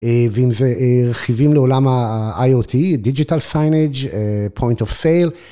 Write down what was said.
ואם זה רכיבים לעולם ה-IoT, digital signage, point of sale.